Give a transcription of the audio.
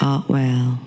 Artwell